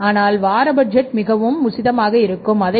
ஆனால் வார பட்ஜெட் மிகவும் உசிதமானது